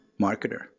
marketer